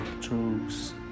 truths